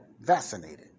vaccinated